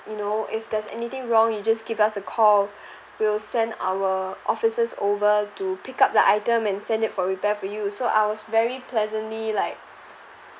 you know if there's anything wrong you just give us a call we will send our officers over to pick up the item and send it for repair for you so I was very pleasantly like